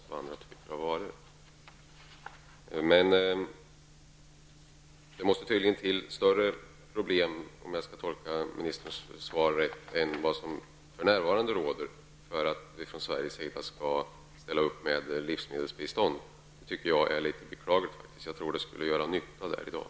Men om jag skall tolka ministerns svar rätt, måste det tydligen till större problem än vad som för närvarande är för handen för att vi från svensk sida skall ställa upp med livsmedelsbistånd. Det är beklagligt, tycker jag. Livsmedelsbistånd skulle i dag vara till stor nytta för Baltikum.